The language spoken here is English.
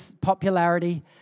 popularity